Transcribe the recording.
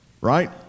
right